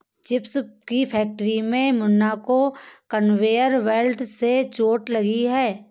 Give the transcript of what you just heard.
chips की factory में मुन्ना को कन्वेयर बेल्ट से चोट लगी है